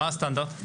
מה הסטנדרט?